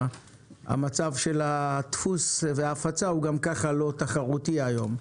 המצב של הדפוס וההפצה גם כך לא תחרותי היום.